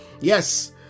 Yes